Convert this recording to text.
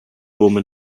women